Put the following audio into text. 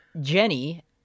Jenny